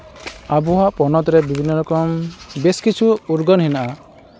ᱟᱵᱚᱣᱟᱜ ᱯᱚᱱᱚᱛ ᱨᱮ ᱵᱤᱵᱷᱤᱱᱱᱚ ᱨᱚᱠᱚᱢ ᱵᱮᱥ ᱠᱤᱪᱷᱩ ᱩᱨᱜᱟᱹᱱ ᱢᱮᱱᱟᱜᱼᱟ